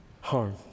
harm